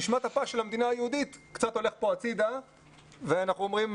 נשמת-אפה של המדינה היהודית קצת הולך פה הצידה ואנחנו אומרים,